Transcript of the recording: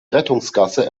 rettungsgasse